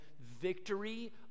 victory